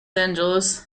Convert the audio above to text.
angeles